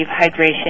hydration